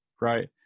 right